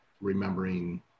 remembering